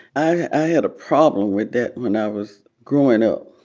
i had a problem with that when i was growing up.